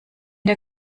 der